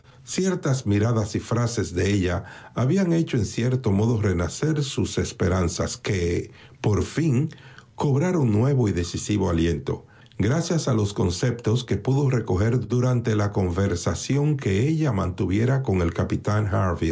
ciertas miradas y frases de ella habían hecho en cierto modo renacer sus esperanzas que por fin cobraron nuevo y decisivo aliento gracias a los conceptos que pudo recoger durante la conversación que ella mantuviera con el capitán